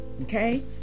Okay